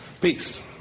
peace